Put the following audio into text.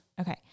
Okay